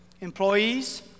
employees